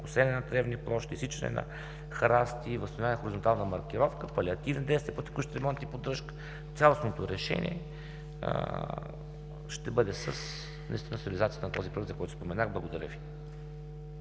косене на тревни площи, изсичане на храсти и възстановяване на хоризонтална маркировка, палиативни действия по текущ ремонт и поддръжка. Цялостното решение ще бъде реализацията на проекта, за който споменах. Благодаря Ви.